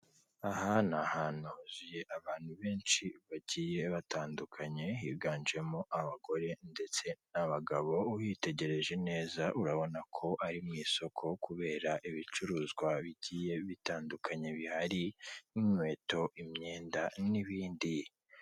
Aha ni ahantu huzuye abantu benshi bagiye batandukanye, higanjemo abagore ndetse n'abagabo witegereje neza urabona ko ari mu isoko kubera ibicuruzwa bigiye bitandukanye bihari nk'inkweto, imyenda n'ibindi.